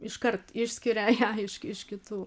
iškart išskiria ją iš iš kitų